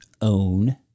own